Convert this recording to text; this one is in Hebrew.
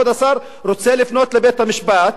רוצה לפנות לבית-המשפט,